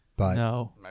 No